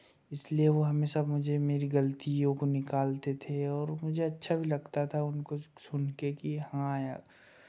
इसलिए वो हमेशा मुझे मेरी गलतियों को निकालते थे और मुझे अच्छा भी लगता था उनको सुनके कि हाँ यार